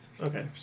Okay